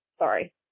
Sorry